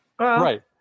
Right